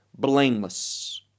blameless